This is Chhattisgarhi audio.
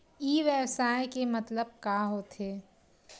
ई व्यवसाय के मतलब का होथे?